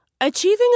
Achieving